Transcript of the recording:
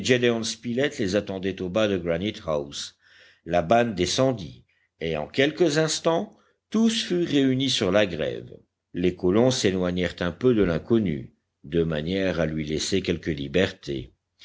les attendaient au bas de granite house la banne descendit et en quelques instants tous furent réunis sur la grève les colons s'éloignèrent un peu de l'inconnu de manière à lui laisser quelque liberté